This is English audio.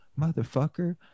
motherfucker